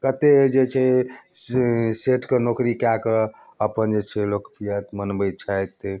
कते जे छै सेट के नौकरी कए कऽ अपन जे छै लोकप्रिय मनबैत छथि